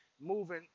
moving